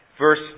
Verse